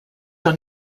doch